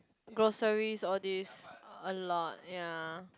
groceries all these a lot ya